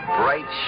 bright